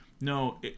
No